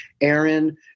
Aaron